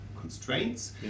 constraints